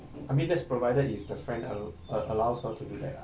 I mean that's provided if the friend all~ allows her to do that lah